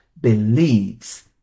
believes